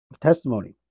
testimony